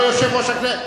לא יושב-ראש הכנסת,